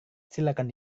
silakan